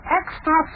extra